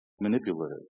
manipulative